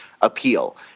appeal